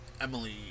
Emily